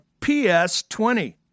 PS20